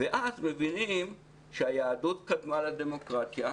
ואז מבינים שהיהדות קדמה לדמוקרטיה,